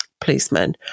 policeman